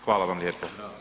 Hvala vam lijepo.